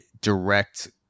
direct